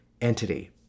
entity